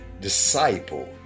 disciple